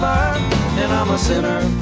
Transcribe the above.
and i'm a sinner i